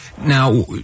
Now